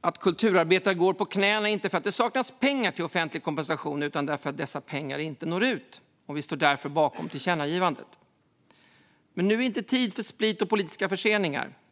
att kulturabetare går på knäna, inte för att det saknas pengar till offentlig kompensation utan för att dessa pengar inte når ut. Vi står därför bakom förslaget till tillkännagivande. Men nu är inte tid för split och politiska förseningar.